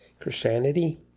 Christianity